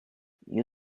you